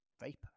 Vapor